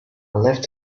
left